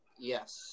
Yes